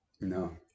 No